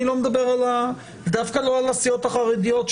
אני לא מדבר על הסיעות החרדיות,